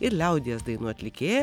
ir liaudies dainų atlikėja